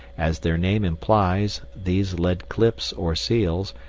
as their name implies, these lead clips, or seals,